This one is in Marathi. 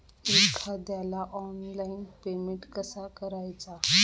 एखाद्याला ऑनलाइन पेमेंट कसा करायचा?